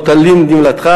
לא תלין נבלתו,